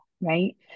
right